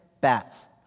bats